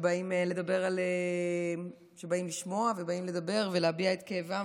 שבאים לשמוע ובאים לדבר ולהביע את כאבם